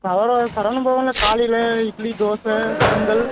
சரவண பவனில் காலையில் இட்லி தோசை பொங்கல்